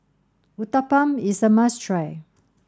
Uthapam is a must try